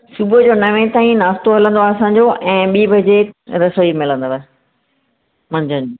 सुबुह जो नास्तो नवें ताईं नास्तो हलंदो आहे असां जो ऐं ॿिईं बजे रसोई मिलंदव मंझंदि